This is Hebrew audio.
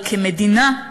אבל כמדינה,